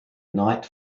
night